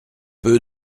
peu